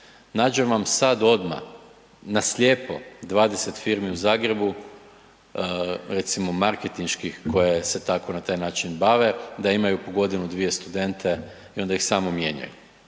Nađem vam sad odmah na slijepo 20 firmi u Zagrebu, recimo, marketinških, koje se tako na taj način bave, da imaju po godinu, dvije studente i onda ih samo mijenjaju.